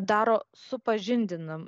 daro supažindina